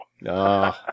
No